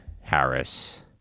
Harris